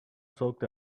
soaked